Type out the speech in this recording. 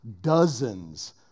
dozens